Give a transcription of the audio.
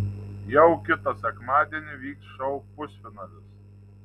jau kitą sekmadienį vyks šou pusfinalis